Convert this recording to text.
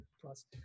Plus